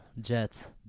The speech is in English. jets